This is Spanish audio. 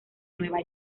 nueva